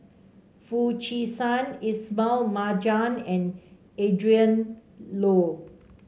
Foo Chee San Ismail Marjan and Adrin Loi